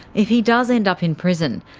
if he does end up in prison,